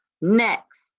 Next